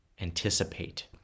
anticipate